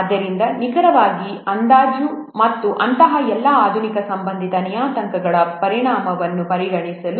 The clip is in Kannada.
ಆದ್ದರಿಂದ ನಿಖರವಾಗಿ ಅಂದಾಜು ಮತ್ತು ಅಂತಹ ಎಲ್ಲಾ ಆಧುನಿಕ ಸಂಬಂಧಿತ ನಿಯತಾಂಕಗಳ ಪರಿಣಾಮವನ್ನು ಪರಿಗಣಿಸಲು